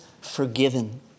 forgiven